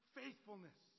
faithfulness